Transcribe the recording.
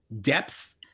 depth